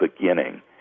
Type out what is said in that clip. beginning